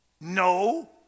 No